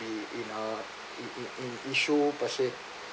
be in a in in in issue per se